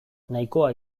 nahikoa